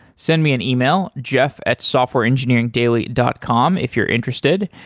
send me an email, jeff at softwareengineeringdaily dot com if you're interested.